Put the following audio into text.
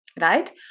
right